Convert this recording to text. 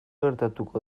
gertatuko